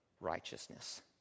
righteousness